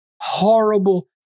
horrible